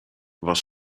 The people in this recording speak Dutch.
was